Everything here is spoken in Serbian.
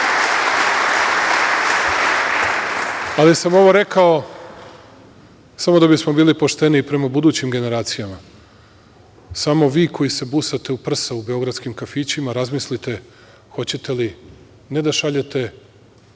ovo sam rekao samo da bismo bili pošteni i prema budućim generacijama. Samo vi koji se busate u prsa u beogradskim kafićima razmislite hoćete li ne da šaljete